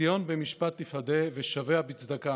"ציון במשפט תפדה ושביה בצדקה".